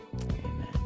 Amen